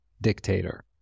dictator